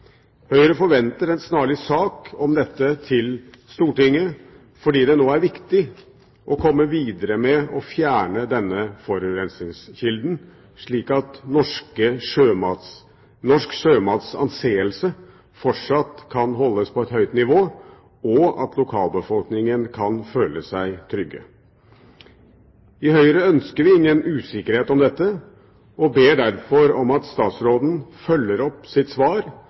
Høyre forventer en snarlig sak om dette til Stortinget, fordi det nå er viktig å komme videre med å fjerne denne forurensningskilden, slik at norsk sjømats anseelse fortsatt kan holdes på et høyt nivå, og at lokalbefolkningen kan føle seg trygge. I Høyre ønsker vi ingen usikkerhet om dette og ber derfor om at statsråden følger opp sitt svar